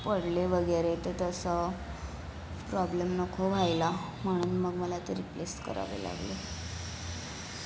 पडले वगैरे तर तसं प्रॉब्लेम नको व्हायला म्हणून मग मला ते रिप्लेस करावे लागले